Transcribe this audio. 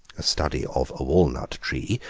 a study of a walnut tree,